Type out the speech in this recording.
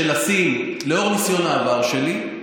לאור ניסיון העבר שלי,